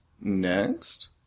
next